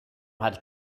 had